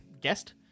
guest